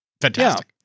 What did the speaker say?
Fantastic